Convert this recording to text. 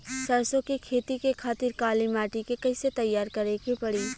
सरसो के खेती के खातिर काली माटी के कैसे तैयार करे के पड़ी?